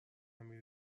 میری